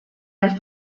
las